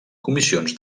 comissions